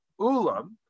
Ulam